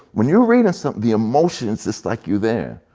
when you're reading something, the emotions is like you're there.